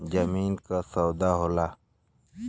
जमीन क सौदा होला